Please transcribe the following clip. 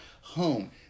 home